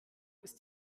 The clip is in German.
ist